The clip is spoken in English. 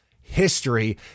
history